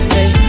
Hey